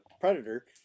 predator